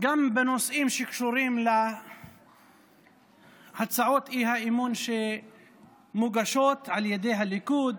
גם בנושאים שקשורים להצעות האי-אמון שמוגשות על ידי הליכוד,